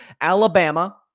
Alabama